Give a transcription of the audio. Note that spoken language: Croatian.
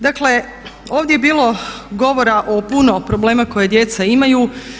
Dakle, ovdje je bilo govora o puno problema koje djeca imaju.